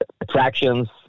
attractions